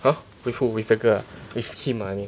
!huh! with who with the girl uh with him ah I mean